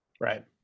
Right